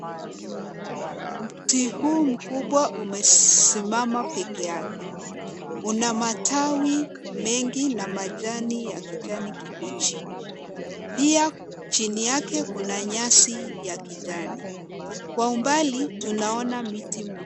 Mti huu mkubwa umesimama peke yake. Una matawi mengi na majani ya kijani kibichi. Pia chini yake kuna nyasi ya kijani. Kwa umbali tunaona miti mingi.